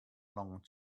long